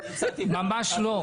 ממש לא,